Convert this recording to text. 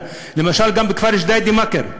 למשל בכפר ג'דיידה-מכר,